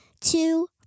two